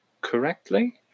correctly